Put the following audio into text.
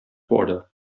quarter